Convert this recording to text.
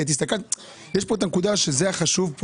כי יש פה נקודה חשובה,